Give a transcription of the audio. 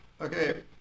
Okay